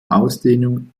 ausdehnung